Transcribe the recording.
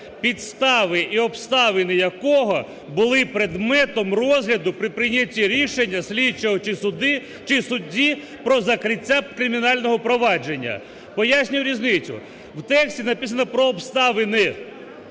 підстави і обставини якого були предметом розгляду при прийнятті рішення слідчого чи судді про закриття кримінального провадження". Пояснюю різницю. У тексті написано про обставини.